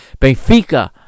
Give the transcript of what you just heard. Benfica